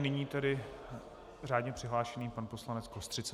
Nyní tedy řádně přihlášený pan poslanec Kostřica.